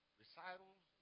recitals